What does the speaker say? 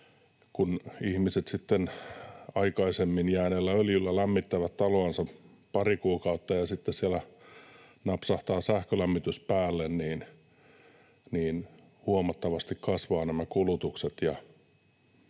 kun ihmiset sitten aikaisemmin jääneellä öljyllä lämmittävät taloansa pari kuukautta ja sitten siellä napsahtaa sähkölämmitys päälle, niin huomattavasti kasvavat